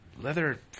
Leather